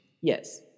Yes